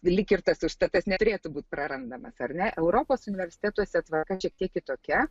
lyg ir tas užstatas neturėtų būti prarandamas ar ne europos universitetuose tvarka šiek tiek kitokia